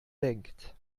denkt